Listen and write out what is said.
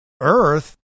Earth